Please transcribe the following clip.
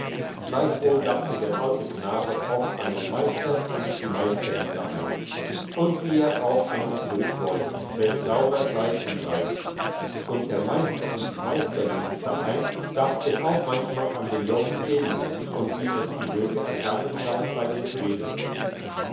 gleichwohl dachte der alte knabe oft an den meister und an die meisterin daheim und wie er auch wieder einmal zurückwolle wenn's sauber sei im reich und der meister und die meisterin daheim dachten auch manchmal an den jobbi selig und wie es ihm möge ergangen sein bei den schweden